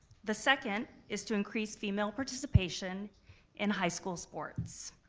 the second is to increase female participation in high school sports,